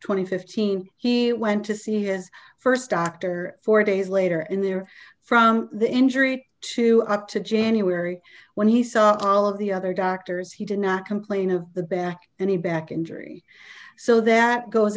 and fifteen he went to see his st doctor four days later and there from the injury to up to january when he saw all of the other doctors he did not complain of the back and a back injury so that goes